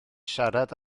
siarad